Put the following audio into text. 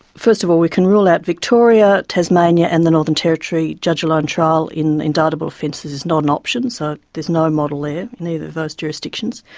first of all, we can rule out victoria, tasmania and the northern territory judge alone trial in indictable offences is not an option, so there's no model there, in either of those jurisdictions.